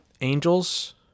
angels